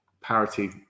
parity